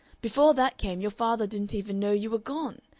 before that came your father didn't even know you were gone.